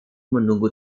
menunggu